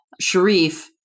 Sharif